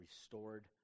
restored